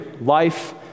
Life